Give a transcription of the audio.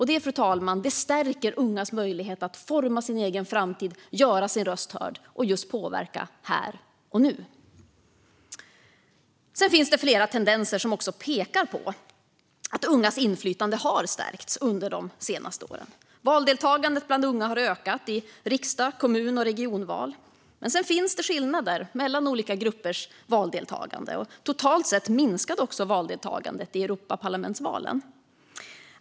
Det, fru talman, stärker ungas möjlighet att forma sin egen framtid, göra sin röst hörd och påverka här och nu. Sedan finns flera tendenser som pekar på att ungas inflytande har stärkts under de senaste åren. Valdeltagandet bland unga har ökat i riksdags, kommun och regionval. Men sedan finns skillnader mellan olika gruppers valdeltagande. Totalt sett minskade också valdeltagandet i Europaparlamentsvalen.